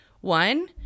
One